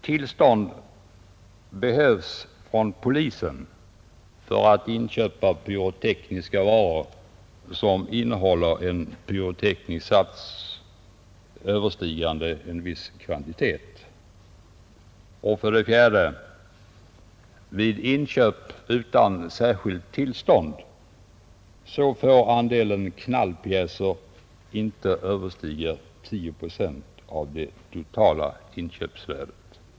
Tillstånd behövs från polisen för att inköpa pyrotekniska varor som innehåller en pyroteknisk sats överstigande en viss kvantitet.